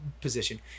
position